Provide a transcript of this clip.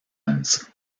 ones